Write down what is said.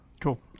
Cool